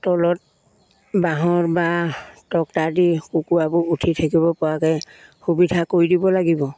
তলত বাঁহৰ বা তক্টা দি কুকুৰাবোৰ উঠি থাকিব পৰাকে সুবিধা কৰি দিব লাগিব